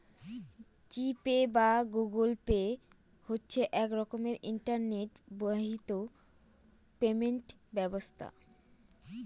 জি Pay বা Google Pay হচ্ছে এক রকমের ইন্টারনেট বাহিত পেমেন্ট ব্যবস্থা